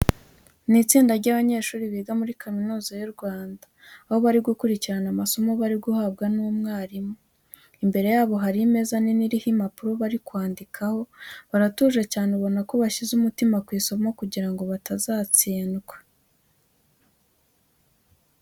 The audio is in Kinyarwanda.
Ni itsinda ry'abanyeshuri biga muri kaminuza y'u Rwanda, aho bari gukurikirana amasomo bari guhabwa n'umwarimu. Imbere yabo hari imeza nini iriho impapuro bari kwandikaho, baratuje cyane ubona ko bashyize umutima ku isomo kugira ngo batazatsindwa.